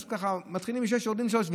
אז ככה מתחילים משישה, יורדים לשלושה.